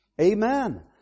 Amen